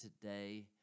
today